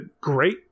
great